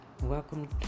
welcome